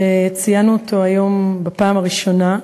שציינו אותו היום בפעם הראשונה,